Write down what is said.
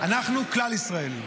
אנחנו כלל-ישראלים.